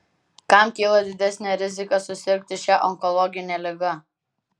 kam kyla didesnė rizika susirgti šia onkologine liga